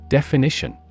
Definition